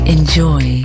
Enjoy